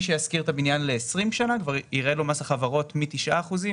מי שישכיר את השנה ל-20 שנה כבר ירד לו מס החברות מ-9 אחוז,